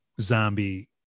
zombie